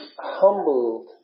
humbled